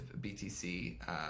BTC